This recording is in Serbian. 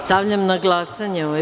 Stavljam na glasanje ovaj